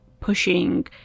pushing